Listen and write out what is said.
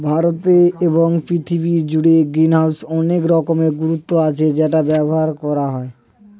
ভারতে এবং পৃথিবী জুড়ে গ্রিনহাউসের অনেক রকমের গুরুত্ব আছে যেটা ব্যবহার করা হয়